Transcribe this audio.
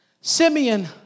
Simeon